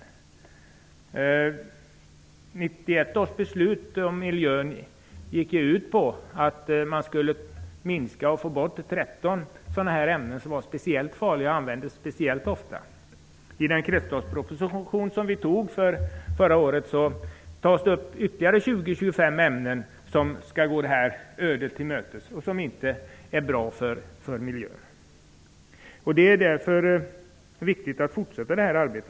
1991 års beslut om miljön gick ut på att man skulle minska och få bort 13 sådana ämnen som var särskilt farliga och användes särskilt ofta. I den kretsloppsproposition som vi antog förra året togs ytterligare 20--25 ämnen upp som skall gå det här ödet till mötes, eftersom de inte är bra för miljön. Därför är det viktigt att fortsätta det här arbetet.